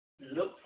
look